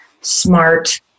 smart